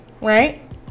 right